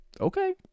Okay